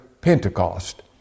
Pentecost